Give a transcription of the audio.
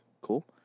Cool